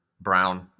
Brown